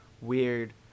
weird